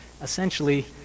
Essentially